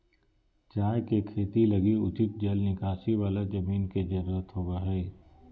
चाय के खेती लगी उचित जल निकासी वाला जमीन के जरूरत होबा हइ